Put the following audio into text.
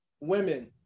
women